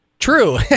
True